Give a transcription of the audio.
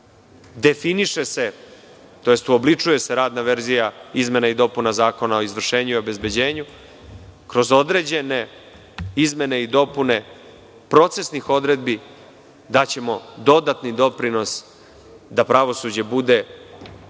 Definiše se tj. uobličuje se radna verzija izmena i dopuna Zakona o izvršenju i obezbeđenju. Kroz određene izmene i dopune procesnih odredbi daćemo dodatni doprinos da pravosuđe bude i